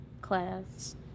class